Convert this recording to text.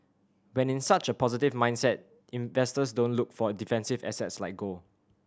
when in such a positive mindset investors don't look for a defensive assets like gold